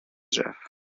drzew